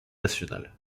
nationale